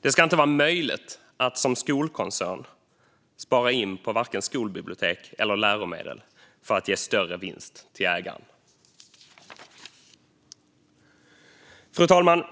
Det ska inte vara möjligt att som skolkoncern spara in på vare sig skolbibliotek eller läromedel för att ge större vinst till ägaren. Fru talman!